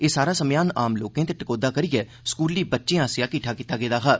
एह् सारा समेयान आम लोकें ते टकोह्दा करियै स्कूली बच्चें आसेआ किट्ठा कीता गेदा हा